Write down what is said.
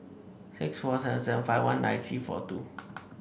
six four seven seven five one nine three four two